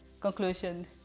conclusion